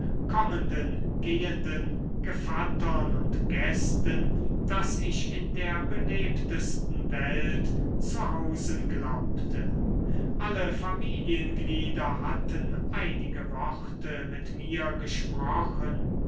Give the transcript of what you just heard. kommenden gehenden gevattern und gästen daß ich in der belebtesten welt zu hausen glaubte alle familienglieder hatten einige worte mit mir gesprochen